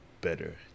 better